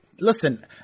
listen